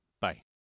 Bye